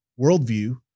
worldview